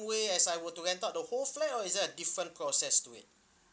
way as I would to rent out the whole flat or is there a different process to it